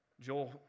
Joel